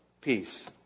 peace